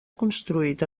construït